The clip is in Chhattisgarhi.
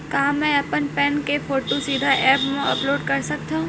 का मैं अपन पैन के फोटू सीधा ऐप मा अपलोड कर सकथव?